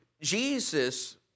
Jesus